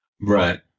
right